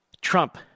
Trump